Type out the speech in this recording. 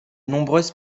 nombreuses